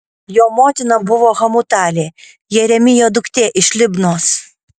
jo motina buvo hamutalė jeremijo duktė iš libnos